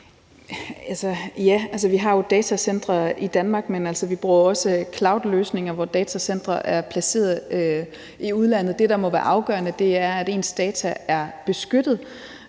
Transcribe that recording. Vi har datacentre i Danmark, men altså, vi bruger jo også cloudløsninger, hvor datacentre er placeret i udlandet. Det, der må være det afgørende, er nærmere det, at ens data beskyttet,